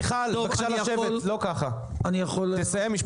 גלעד, תסכם.